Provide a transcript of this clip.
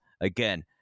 Again